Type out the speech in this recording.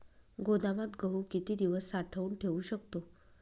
गोदामात गहू किती दिवस साठवून ठेवू शकतो?